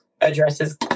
addresses